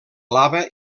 lava